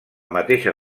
mateixa